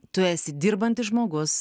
tu esi dirbantis žmogus